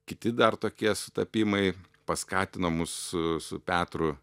kiti dar tokie sutapimai paskatino mus su petru